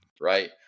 right